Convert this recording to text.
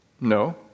No